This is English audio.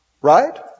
Right